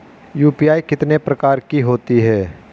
UPI कितने प्रकार की होती हैं?